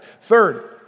Third